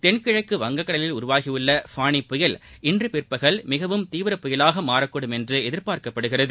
தென்கிழக்கு வங்கக் கடலில் உருவாகியுள்ள ஃபோனி புயல் இன்று பிற்பகல் மிகவும் தீவிர புயலாக மாறக்கூடும் என்று எதிர்பார்க்கப்படுகிறது